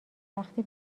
وقتی